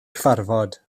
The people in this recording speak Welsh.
cyfarfod